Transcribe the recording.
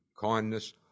kindness